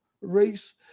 race